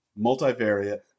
multivariate